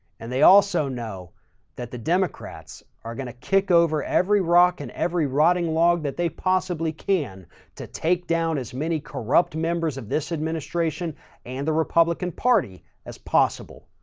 and they also know that the democrats are going to kick over every rock and every rotting log that they possibly can to take down as many corrupt members of this administration and the republican party as possible.